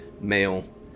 male